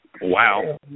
Wow